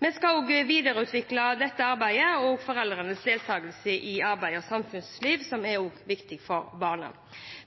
Vi skal videreutvikle dette arbeidet. Foreldrenes deltakelse i arbeids- og samfunnsliv er viktig for barna.